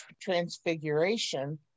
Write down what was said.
transfiguration